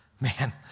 Man